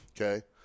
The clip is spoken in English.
okay